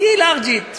תהיי לארג'ית,